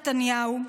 נתניהו,